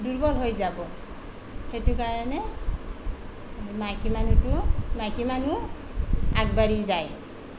দূৰ্বল হৈ যাব সেইটো কাৰণে মাইকী মানুহটো মাইকী মানুহ আগবাঢ়ি যায়